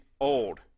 old